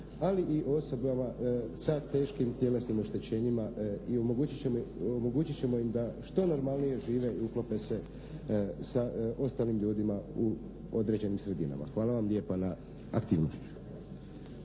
ali i osobama sa teškim tjelesnim oštećenjima i omogućit ćemo im da što normalnije žive i uklope se sa ostalim ljudima u određenim sredinama. Hvala vam lijepa na aktivnošću.